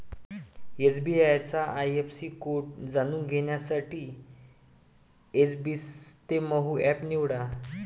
SBI चा IFSC code जाणून घेण्यासाठी एसबइस्तेमहो एप निवडा